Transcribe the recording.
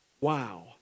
Wow